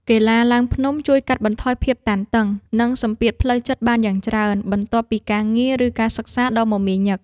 កីឡាឡើងភ្នំជួយកាត់បន្ថយភាពតានតឹង និងសម្ពាធផ្លូវចិត្តបានយ៉ាងច្រើន បន្ទាប់ពីការងារ ឬការសិក្សាដ៏មមាញឹក។